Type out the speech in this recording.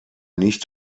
nicht